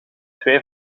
twee